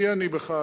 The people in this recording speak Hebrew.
מי אני בכלל,